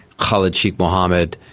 khalid sheikh mohammed,